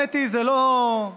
האמת היא שזה לא מכובד.